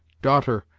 daughter!